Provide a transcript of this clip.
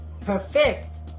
perfect